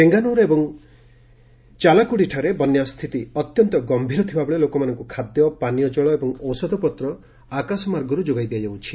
ଚେଙ୍ଗାନୁର୍ ଏବଂ ଚାଲାକୁଡ଼ିଠାରେ ବନ୍ୟା ସ୍ଥିତି ଅତ୍ୟନ୍ତ ଗମ୍ଭୀର ଥିବାବେଳେ ଲୋକମାନଙ୍କୁ ଖାଦ୍ୟ ପାନୀୟ ଜଳ ଏବଂ ଔଷଧପତ୍ର ଆକାଶମାର୍ଗରୁ ଯୋଗାଇ ଦିଆଯାଉଛି